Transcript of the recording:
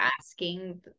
asking